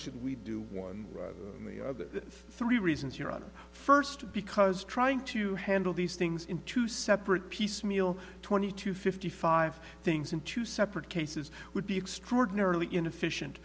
should we do one of the three reasons your honor first because trying to handle these things in two separate piecemeal twenty two fifty five things in two separate cases would be extraordinarily inefficient